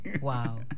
wow